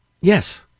Yes